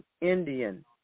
Indian